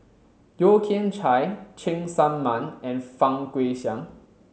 Yeo Kian Chai Cheng Tsang Man and Fang Guixiang